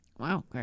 Wow